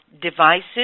devices